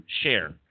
Share